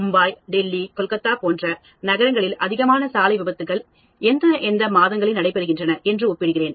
மும்பாய் டெல்லி கல்கத்தா போன்ற நகரங்களில் அதிகமான சாலை விபத்துக்கள் எந்த மாதங்களில் நடைபெறுகின்றன என்று ஒப்பிடுதல்